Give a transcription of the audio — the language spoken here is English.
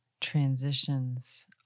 transitions